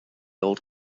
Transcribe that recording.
old